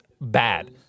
bad